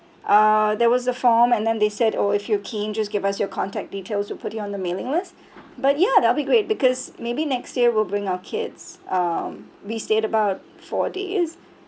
uh there was a form and then they said oh if you're keen just give us your contact details we'll put you on the mailing list but ya that'll be great because maybe next year we'll bring our kids um we stayed about four days